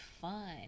fun